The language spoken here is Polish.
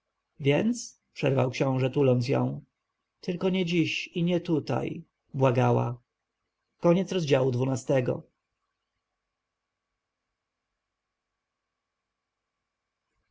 więc przerwał książę tuląc ją tylko nie dziś i nie tutaj błagała